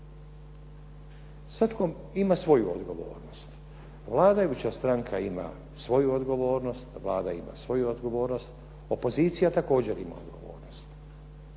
Svatko ima svoju odgovornost. Vladajuća stranka ima svoju odgovornost, Vlada ima svoju odgovornost, opozicija također ima odgovornost.